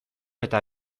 eta